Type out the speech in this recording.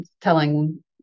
telling